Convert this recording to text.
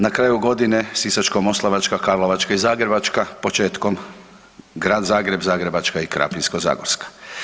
Na kraju godine Sisačko-moslavačka, Karlovačka i Zagrebačka, početkom Grad Zagreb, Zagrebačka i Krapinsko-zagorska.